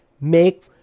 make